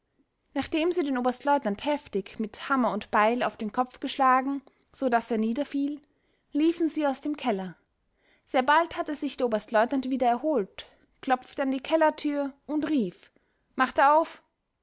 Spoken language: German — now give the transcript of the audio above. nachdem sie den oberstleutnant heftig mit hammer und beil auf den kopf geschlagen so daß er niederfiel liefen sie aus dem keller sehr bald hatte sich der oberstleutnant wieder erholt klopfte an die kellertür und rief macht auf